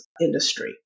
industry